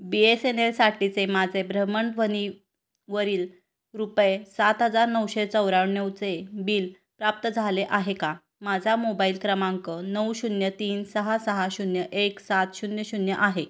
बी S N एलसाठीचे माझे भ्रमणध्वनीवरील रुपये सात हजार नऊशे चौऱ्याण्णवचे बिल प्राप्त झाले आहे का माझा मोबाईल क्रमांक नऊ शून्य तीन सहा सहा शून्य एक सात शून्य शून्य आहे